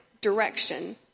direction